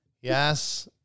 Yes